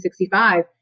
1965